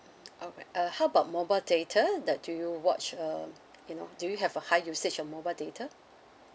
okay uh how about mobile data the do you watch um you know do you have a high usage of mobile data